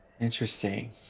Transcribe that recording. Interesting